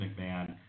McMahon